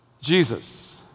Jesus